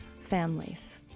families